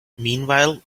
meanwhile